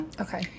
okay